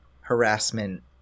harassment